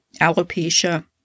alopecia